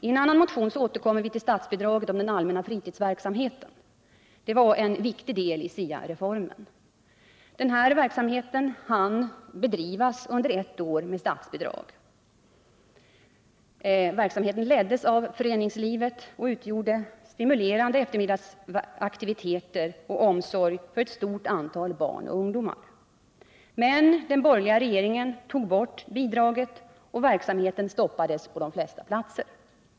I en annan motion återkommer vi till statsbidraget till den allmänna fritidsverksamheten, som var en viktig del i SIA-reformen. Den verksamheten hann bedrivas under ett år med statsbidrag. Verksamheten leddes av föreningslivet och utgjorde stimulerande eftermiddagsaktiviteter och omsorg för ett stort antal barn och ungdomar. Men den borgerliga regeringen tog bort bidraget, och verksamheten stoppades på de flesta platser.